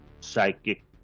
psychic